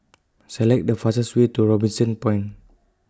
Select The fastest Way to Robinson Point